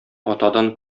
атадан